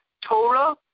Torah